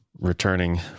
returning